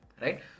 right